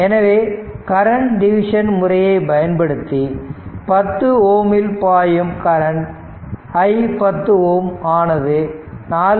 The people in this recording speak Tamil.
எனவே கரண்ட் டிவிசன் முறையை பயன்படுத்தி 10 ஓம்மில் பாயும் கரண்ட் i 10 Ω ஆனது 4